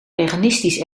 veganistisch